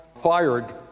fired